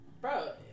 Bro